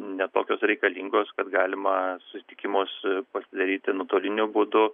ne tokios reikalingos kad galima susitikimus pasidaryti nuotoliniu būdu